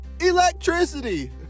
electricity